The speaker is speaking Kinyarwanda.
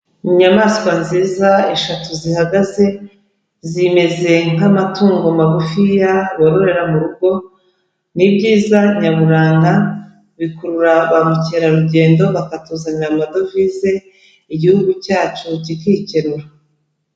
Inyamaswa nziza eshatu zihagaze, zimeze nk'amatungo magufiya bororera mu rugo, ni ibyiza nyaburanga bikurura ba mukerarugendo bakatuzanira amadovize, igihugu cyacu kikikenura.